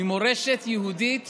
ממורשת יהודית